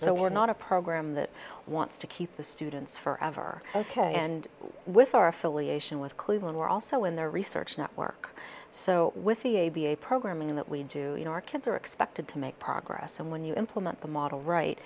so we're not a program that wants to keep the students forever ok and with our affiliation with cleveland we're also in the research network so with the a b a programming that we do in our kids are expected to make progress and when you implement the model right